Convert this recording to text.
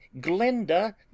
Glinda